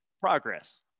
progress